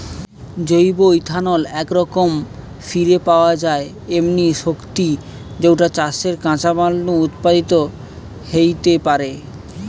জৈব ইথানল একরকম ফিরে পাওয়া যায় এমনি শক্তি যৌটা চাষের কাঁচামাল নু উৎপাদিত হেইতে পারে